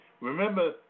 Remember